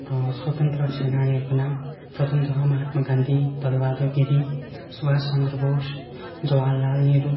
स्वतन्त्र सेनानीहरूको नाम प्रथमतः हो महात्मा गान्धी दल बहादुर गिरी सुभाष चन्द्र बोस जवाहरलाल नेहरू